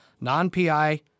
non-PI